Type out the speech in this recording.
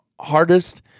hardest